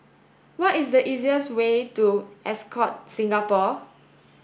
what is the easiest way to Ascott Singapore